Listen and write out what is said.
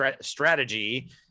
strategy